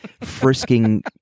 frisking